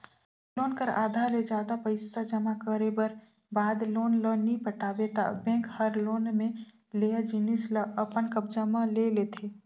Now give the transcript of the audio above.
loan कर आधा ले जादा पइसा जमा करे कर बाद लोन ल नी पटाबे ता बेंक हर लोन में लेय जिनिस ल अपन कब्जा म ले लेथे